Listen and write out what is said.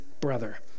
brother